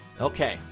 Okay